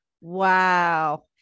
Wow